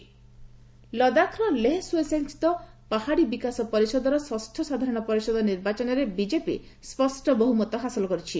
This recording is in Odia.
ଲଦାଖ ଇଲେକସନ୍ ଲଦାଖର ଲେହ ସ୍ୱୟଂଶାସିତ ପାହାଡି ବିକାଶ ପରିଷଦର ଷଷ୍ଠ ସାଧାରଣ ପରିଷଦ ନିର୍ବାଚନରେ ବିଜେପି ସ୍ୱଷ୍ଟ ବହୁମତ ହାସଲ କରିଛି